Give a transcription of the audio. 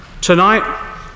Tonight